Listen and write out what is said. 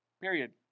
Period